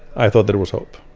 i thought there was hope.